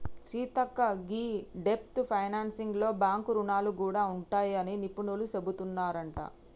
సీతక్క గీ డెబ్ట్ ఫైనాన్సింగ్ లో బాంక్ రుణాలు గూడా ఉంటాయని నిపుణులు సెబుతున్నారంట